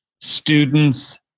students